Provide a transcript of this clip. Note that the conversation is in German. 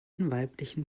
weiblichen